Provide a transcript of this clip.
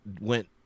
went